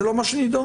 זה לא מה שנדון